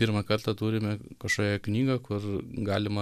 pirmą kartą turime kažkokią knygą kur galima